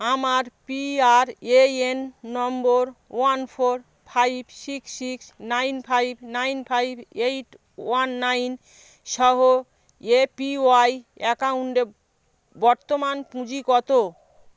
আমার PRAN number one four five six six nine five nine five eight one nine সহ APY অ্যাকাউন্টে বর্তমান পুঁজি কত